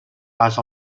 pas